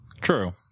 True